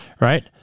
right